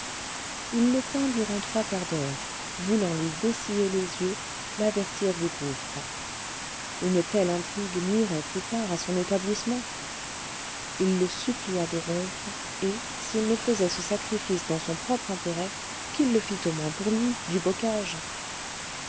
il le tint durant trois quarts d'heure voulant lui dessiller les yeux l'avertir du gouffre une telle intrigue nuirait plus tard à son établissement il le supplia de rompre et s'il ne faisait ce sacrifice dans son propre intérêt qu'il le fît au moins pour lui dubocage